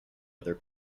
other